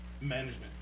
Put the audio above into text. management